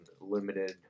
limited